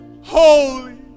holy